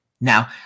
Now